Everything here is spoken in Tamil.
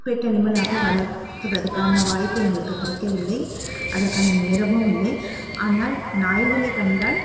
பெட் அனிமலாக வளர்க்கிறதுக்கான வாய்ப்பு எங்களுக்கு கிடைக்கவில்லை அதற்கான நேரமும் இல்லை ஆனால் நாய்களை கண்டால்